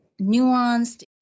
nuanced